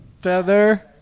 Feather